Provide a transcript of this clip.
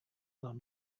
them